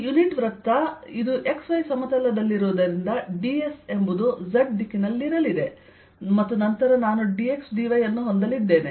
ಈ ಯುನಿಟ್ ವೃತ್ತ ಇದು XY ಸಮತಲದಲ್ಲಿರುವುದರಿಂದds ವು z ದಿಕ್ಕಿನಲ್ಲಿರಲಿದೆ ಮತ್ತು ನಂತರ ನಾನು dxdy ಅನ್ನು ಹೊಂದಲಿದ್ದೇನೆ